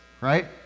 right